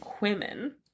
women